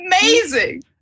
Amazing